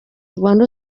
rwanda